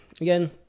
again